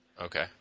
Okay